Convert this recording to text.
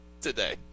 today